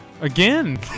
Again